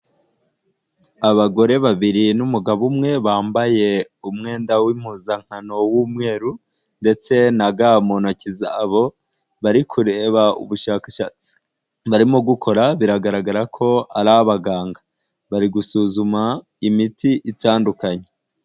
Abagore babiri n'umugabo umwe bambaye umwenda w'impuzankano w'umweru ndetse na ga mu ntoki zabo, bari kureba ubushakashatsi barimo gukora biragaragara ko ari abaganga, bari gusuzuma imiti itandukanye.